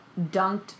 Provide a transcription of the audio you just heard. dunked